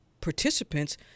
participants